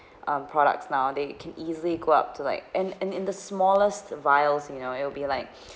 um products nowadays can easily go up to like in in in the smallest vials you know it will be like